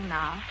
now